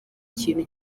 ikintu